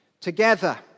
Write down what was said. together